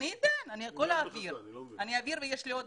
אני אעביר ויש לי עוד.